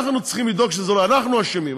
אנחנו אשמים,